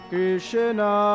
Krishna